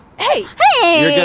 hey! hey! you yeah